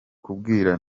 kubwira